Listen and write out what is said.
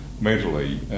mentally